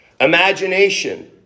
Imagination